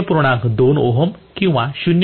2 ohm किंवा 0